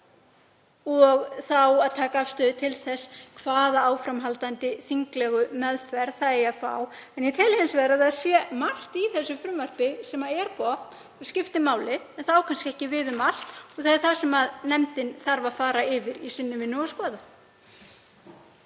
og taka afstöðu til þess hvaða áframhaldandi þinglegu meðferð það eigi að fá. Ég tel hins vegar að það sé margt gott í frumvarpinu og skipti máli. En það á kannski ekki við um allt og það er það sem nefndin þarf að fara yfir í sinni vinnu og skoða.